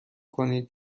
کنید